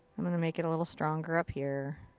i'm gonna make it a little stronger up here.